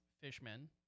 fishmen